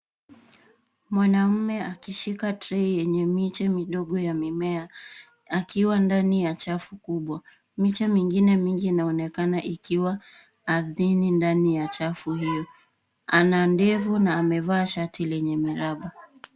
Mwanaume akishika tray yenye miche midogo ya mimea akiwa ndani ya chafu kubwa .Miche mingine mingi inaonekana ikiwa ardhini ndani ya chafu hiyo, ana ndevu na amevaa shati lenye miraba.